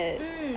mm